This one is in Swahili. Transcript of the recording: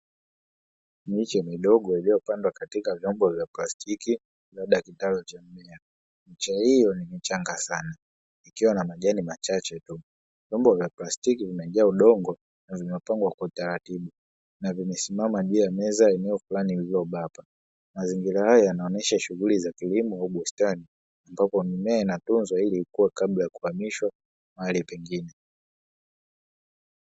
Miche midogo iliyopandwa katika vyombo vya plastiki na dakika hiyo ni changa sana nikiwa na majani machache tu na plastiki zinaingia udongo na nimepangwa kwa utaratibu na vimesimama je meza eneo fulani iliyobaba. Mazingira haya yanaonyesha shughuli za kilimo au bustani ambapo mmea na tunzo ili kuwa kabla ya kuhamishwa mahali pengine.